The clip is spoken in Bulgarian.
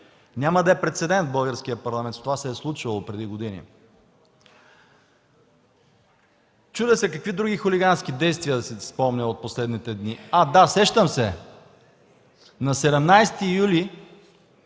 Няма да е прецедент в Българския парламент, това се е случвало преди години. Чудя се какви други хулигански действия да си спомня от последните дни! А, да, сещам се. На 17 юни